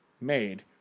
made